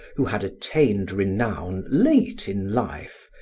who had attained renown late in life,